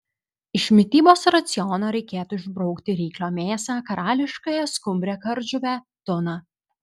iš mitybos raciono reikėtų išbraukti ryklio mėsą karališkąją skumbrę kardžuvę tuną